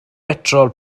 betrol